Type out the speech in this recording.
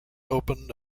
opened